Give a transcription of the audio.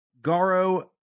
Garo